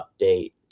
update